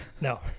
No